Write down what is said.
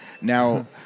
Now